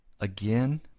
again